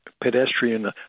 pedestrian